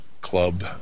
Club